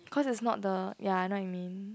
cause it's not the ya I know what you mean